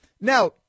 Now